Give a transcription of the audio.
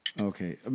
Okay